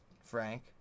Frank